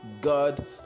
god